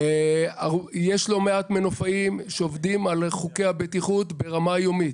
יש לא מעט מנופאים שעוברים על חוקי הבטיחות ברמה יומית.